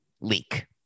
leak